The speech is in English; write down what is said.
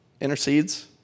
Intercedes